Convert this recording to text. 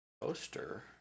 poster